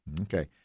Okay